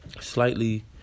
slightly